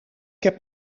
heb